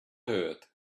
heard